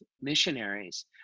missionaries